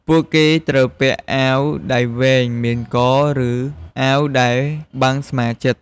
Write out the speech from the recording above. ពួកគេត្រូវពាក់អាវដៃវែងមានក ឬ អាវដែលបាំងស្មាជិត។